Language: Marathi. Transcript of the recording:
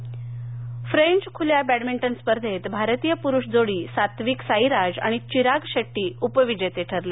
बॅडमिंटन फ्रेंच खुल्या बॅडमिंटन स्पर्धेत भारतीय पुरुष जोडी सात्विकसाईराज आणि चिराग शेट्टी उपविजेते ठरले